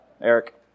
Eric